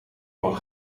van